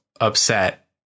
upset